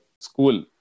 school